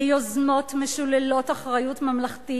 ליוזמות משוללות אחריות ממלכתית,